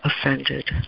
offended